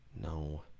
no